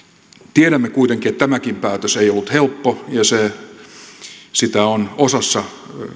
tiedämme kuitenkin että tämäkään päätös ei ollut helppo ja sitä on osassa